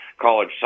college